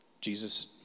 Jesus